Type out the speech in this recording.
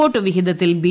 വോട്ടു വിഹിതത്തിൽ ബി